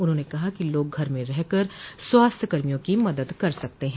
उन्होंने कहा कि लोग घर में रहकर स्वास्थ्य कर्मियों की मदद कर सकते हैं